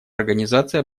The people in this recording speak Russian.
организация